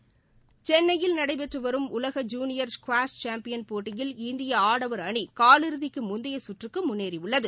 விளையாட்டுச் செய்திகள் சென்னையில் நடைபெற்று வரும் உலக ஜுனியர் ஸ்குவாஷ் சேம்பியன் போட்டியில் இந்திய ஆடவர் அணி காலிறுதிக்கு முந்தைய சுற்றுக்கு முன்னேறியுள்ளது